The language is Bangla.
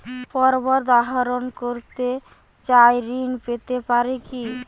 পর্বত আরোহণ করতে চাই ঋণ পেতে পারে কি?